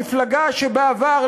מפלגה שבעבר,